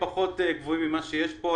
פחות גבוהים ממה שיש פה,